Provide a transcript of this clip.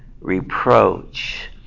reproach